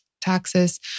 taxes